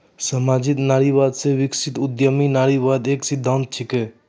सामाजिक नारीवाद से विकसित उद्यमी नारीवाद एक सिद्धांत छिकै